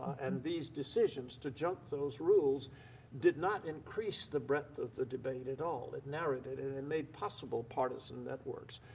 and these decisions to junk those rules did not increase the breadth of the debate at all, it narrowed it, and it made possible the partisan networks.